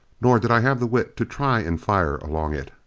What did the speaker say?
nor did i have the wit to try and fire along it.